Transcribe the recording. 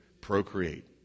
Procreate